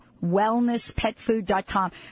Wellnesspetfood.com